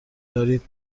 دارید